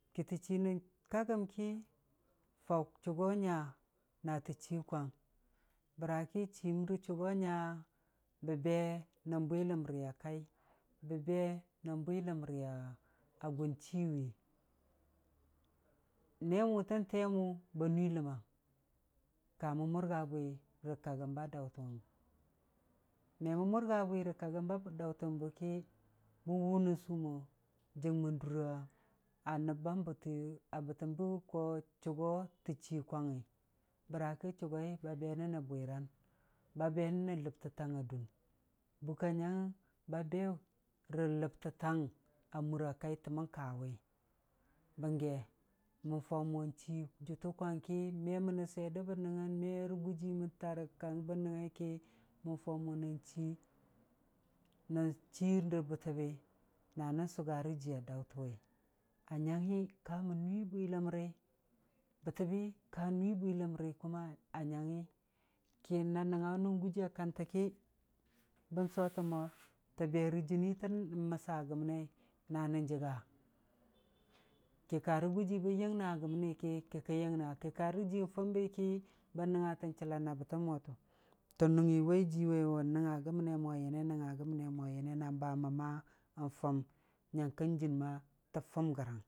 Tə chii nən kəgən ki, faʊ chʊgo nya natə chii Kwang, bəra ki chiim rə chʊgo nya bə be nən bwiləmri a kai, bə be nən bwiləmri a gʊn chii wi, nee mʊ tən tee mʊ ba nuii ləmmang, kəmən mʊrga bwi na kagəm ba daʊtən wʊm, me mən mʊrga bwi na kagən ba daʊtənən ki, bən wʊnən suu mo, jəgmən dura nəb bam bə tə, a bətəm ba ko chʊgo tə chii kwangngi, bəra ki chʊgoi ba benən rə bwiran, ba benən rə ləbtətang a duun, bukka nuangngang ba benən rə ləbtətang a mura kaitə mən kawi, bəngge, mən faʊ mo jʊtə Kwang ki, me mənə swiyer də bən nəngngan, me mənə gujii tara kang bən nəngugai, mən faʊ mo na chii, nən chii na bətəbi na nau sʊgara jiiya daʊtan wi, a nyangngi, kamən nuii bwiləmri, bətəbi ka nuii bwiləmri kʊma, a nyangngi ki na nənganga wʊ nən gujii a kantə ki, bən sotən mo tə be rə jɨnii tən- məssa gəməneii na nən jəga, kə karə gujii bən yəngna gəməni ki kən yəngnatən, kə karə gujii fʊmbi ki kən nəngngatən chəllan a bətəm mo, tə mʊngngi wai jii waiwe, nəngnga gəməne mo nyəne, nəngnga gəməne mo nyəne na fʊm gra.